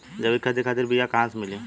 जैविक खेती खातिर बीया कहाँसे मिली?